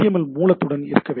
L மூலத்துடன் இருக்க வேண்டும்